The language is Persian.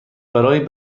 برای